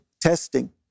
testing